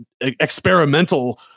experimental